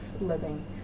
living